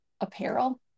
apparel